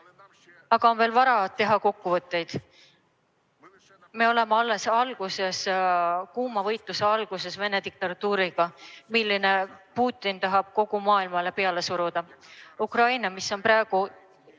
on veel vara teha kokkuvõtteid. Me oleme alles alguses, kuuma võitluse alguses Vene diktatuuriga, mille Putin tahab kogu maailmale peale suruda. Ukraina, mis on praegu